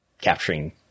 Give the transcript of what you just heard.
capturing